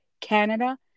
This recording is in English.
Canada